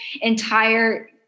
entire